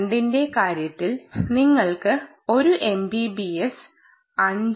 2 ന്റെ കാര്യത്തിൽ നിങ്ങൾക്ക് ഒരു MPBS 5